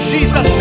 Jesus